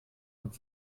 und